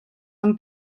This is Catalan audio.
han